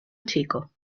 chico